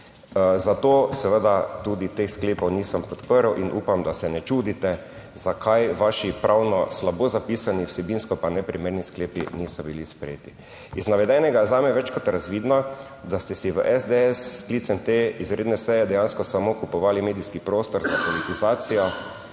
Zato seveda tudi teh sklepov nisem podprl in upam, da se ne čudite zakaj vaši pravno slabo zapisani, vsebinsko pa neprimerni sklepi niso bili sprejeti. Iz navedenega je zame večkrat razvidno, da ste si v SDS s sklicem te izredne seje dejansko samo kupovali medijski prostor za politizacijo